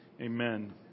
Amen